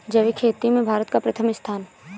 जैविक खेती में भारत का प्रथम स्थान